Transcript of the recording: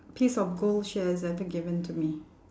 piece of gold she has ever given to me